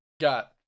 got